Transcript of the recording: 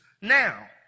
now